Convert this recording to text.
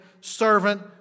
servant